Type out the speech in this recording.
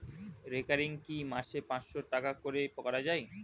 Recurring কি মাসে পাঁচশ টাকা করে করা যায়?